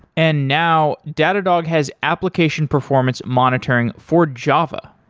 and now datadog has application performance monitoring for java.